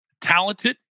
talented